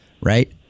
Right